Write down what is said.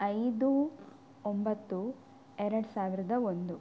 ಐದು ಒಂಬತ್ತು ಎರಡು ಸಾವಿರದ ಒಂದು